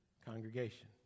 congregation